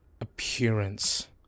appearance